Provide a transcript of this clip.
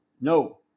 no